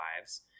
lives